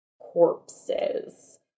corpses